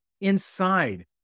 inside